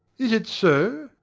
is it so?